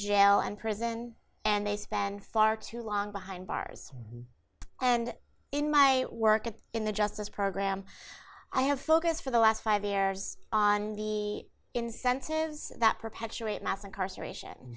jail and prison and they spend far too long behind bars and in my work in the justice program i have focused for the last five years on the incentives that perpetuate mass incarceration